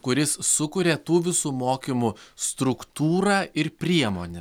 kuris sukuria tų visų mokymų struktūrą ir priemone